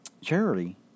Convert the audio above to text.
charity